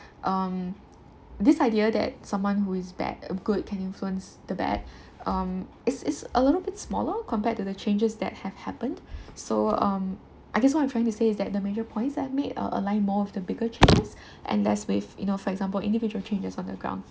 um this idea that someone who is bad good can influence the bad um is is a little bit smaller compared to the changes that have have happened so um I guess what I'm trying to say is that the major points that I've made uh align more with the bigger changes and less with you know for example individual changes on the ground